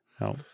no